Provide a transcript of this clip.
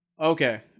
Okay